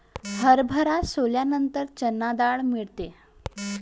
हरभरा सोलल्यानंतर चणा डाळ मिळते